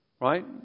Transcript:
right